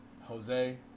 Jose